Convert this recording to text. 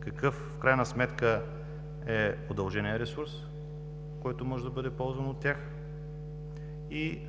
Какъв в крайна сметка е удълженият ресурс, който може да бъде ползван от тях, и